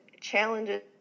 challenges